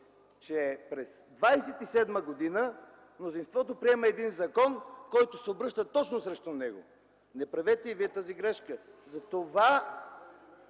че през 1927 г. мнозинството приема един закон, който се обръща точно срещу него – не правете и вие тази грешка.